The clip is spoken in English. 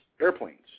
airplanes